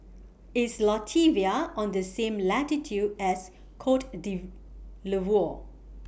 IS Latvia on The same latitude as Cote D'Ivoire